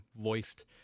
voiced